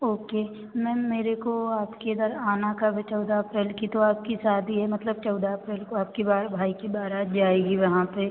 okay ma'am मेरे को आपके घर आना कब है चौदह अप्रैल की तो आपकी शादी है मतलब चौदह अप्रैल को आपकी भाई की बारात जाएगी वहाँ पर